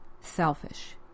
selfish